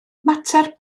mater